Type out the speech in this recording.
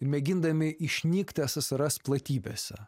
mėgindami išnykti es es er es platybėse